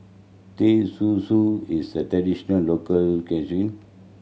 Teh Susu is a traditional local cuisine